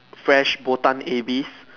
fresh Botan ebi